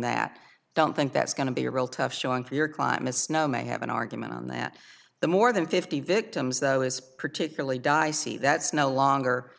that i don't think that's going to be a real tough showing for your client miss no may have an argument on that the more than fifty victims though is particularly dicey that's no longer